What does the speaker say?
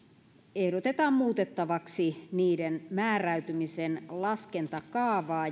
ehdotetaan muutettavaksi niiden määräytymisen laskentakaavaa